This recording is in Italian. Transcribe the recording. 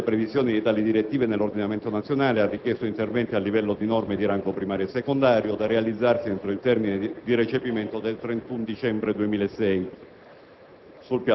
L'attuazione delle previsioni di tali direttive nell'ordinamento nazionale ha richiesto interventi a livello di norme di rango primario e secondario, da realizzarsi entro il termine di recepimento del 31 dicembre 2006.